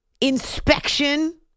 inspection